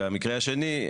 המקרה השני,